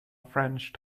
french